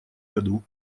году